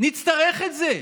נצטרך את זה.